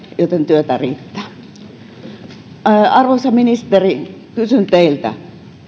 joten työtä riittää arvoisa ministeri kysyn teiltä